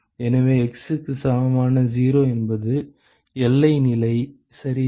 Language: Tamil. எனவே x க்கு சமமான 0 என்பது எல்லை நிலை சரியா